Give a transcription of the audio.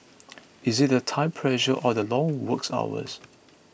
is it the time pressure or the long works hours